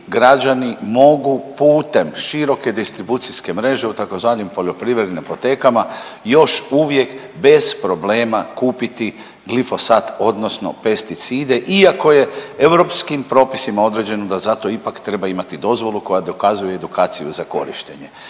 da svi putem široke distribucijske mreže, u tzv. poljoprivrednim apotekama još uvijek bez problema kupiti glifosat odnosno pesticide iako je europskim propisima određeno da zato ipak treba imati dozvolu koja dokazuje edukaciju za korištenje.